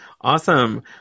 awesome